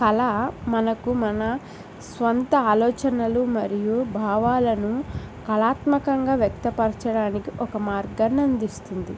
కళ మనకు మన సొంత ఆలోచనలు మరియు భావాలను కళాత్మకంగా వ్యక్తపరచడానికి ఒక మార్గాన్ని అందిస్తుంది